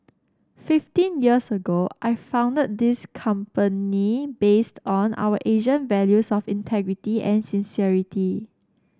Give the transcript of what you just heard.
fifteen years ago I founded this company based on our Asian values of integrity and sincerity